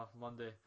Monday